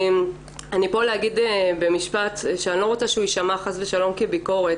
אני פה להגיד במשפט שאני לא רוצה שהוא יישמע חס ושלום כביקורת,